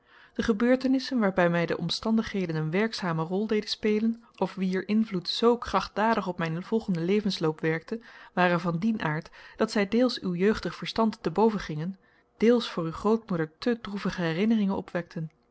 de gebeurtenissen waarbij mij de omstandigheden een werkzame rol deden spelen of wier invloed zoo krachtdadig op mijn volgenden levensloop werkte waren van dien aard dat zij deels uw jeugdig verstand te boven gingen deels voor uw grootmoeder te droevige herinneringen opwekten